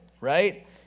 right